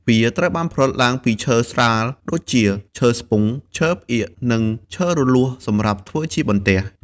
វាត្រូវបានផលិតឡើងពីឈើស្រាលដូចជា ឈើស្ពង់ ឈើផ្ដៀក និងឈើរលួសសំរាប់ធ្វើជាសន្ទះ។